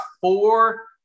four